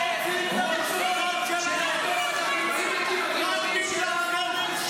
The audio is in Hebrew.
רוצות שנעטוף את המילואימניקים הגיבורים שלנו,